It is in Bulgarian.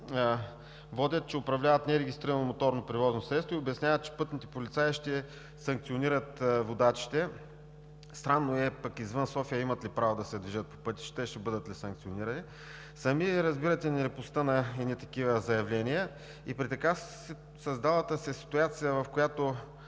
водят, че управляват нерегистрирано моторно превозно средство и обясняват, че пътните полицаи ще санкционират водачите. Срамно е. А извън София имат ли право да се движат по пътищата и ще бъдат ли санкционирани? Сами разбирате нелепостта на едни такива заявления. При така създалата се ситуация, в която